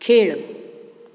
खेळ